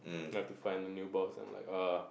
you have to find a new boss I'm like !ah!